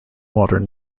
modern